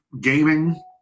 gaming